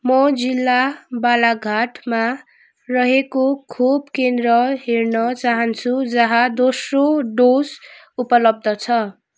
म जिल्ला बालाघाटमा रहेको खोप केन्द्र हेर्न चाहन्छु जहाँ दोस्रो डोज उपलब्ध छ